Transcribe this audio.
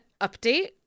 update